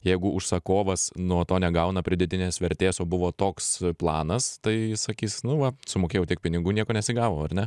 jeigu užsakovas nuo to negauna pridėtinės vertės o buvo toks planas tai sakys nu va sumokėjau tiek pinigų nieko nesigavo ar ne